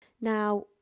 Now